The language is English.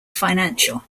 financial